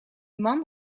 man